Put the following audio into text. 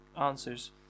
answers